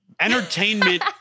entertainment